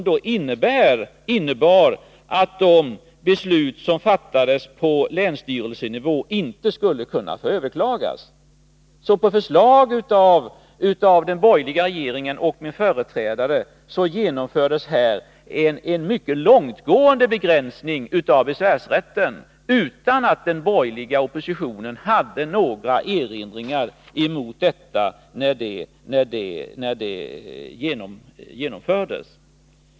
Den innebar att de beslut som fattades på länsstyrelsenivå inte skulle kunna överklagas. På förslag av den borgerliga regeringen och min företrädare genomfördes en mycket långtgående begränsning av besvärsrätten utan att oppositionen hade några erinringar mot detta när det genomfördes.